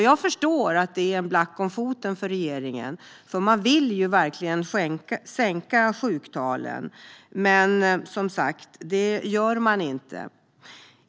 Jag förstår att detta är en black om foten för regeringen, för man vill verkligen sänka sjuktalen, men, som sagt, det gör man inte.